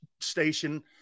station